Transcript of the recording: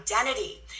identity